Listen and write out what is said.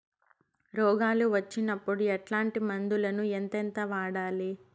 రోగాలు వచ్చినప్పుడు ఎట్లాంటి మందులను ఎంతెంత వాడాలి?